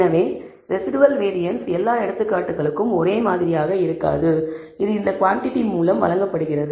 எனவே residual variance எல்லா எடுத்துக்காட்டுகளுக்கும் ஒரே மாதிரியாக இருக்காது இது இந்த குவாண்டிடி மூலம் வழங்கப்படுகிறது